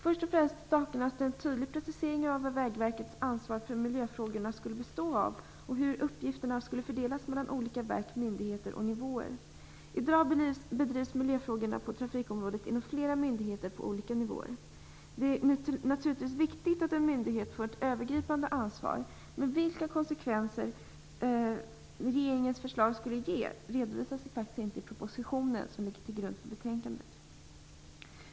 Först och främst saknas det en tydlig precisering av vad Vägverkets ansvar för miljöfrågorna skulle bestå i och hur uppgifterna skulle fördelas mellan olika verk, myndigheter och nivåer. I dag bedrivs miljöfrågorna på trafikområdet inom flera myndigheter på olika nivåer. Det är naturligtvis viktigt att en myndighet får ett övergripande ansvar. Men vilka konsekvenser regeringens förslag skulle ge redovisas faktiskt inte i propositionen som ligger till grund för betänkandet.